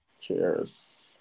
Cheers